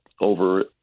over